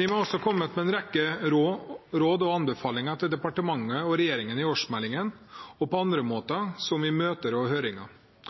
NIM har i årsmeldingen og på andre måter, som i møter og høringer, kommet med en rekke råd og anbefalinger til departementet og regjeringen. Rådene og anbefalingene fra NIM er generelt viktige og